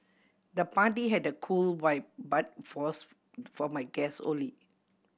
the party had a cool vibe but fours for my guest only